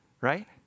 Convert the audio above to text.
right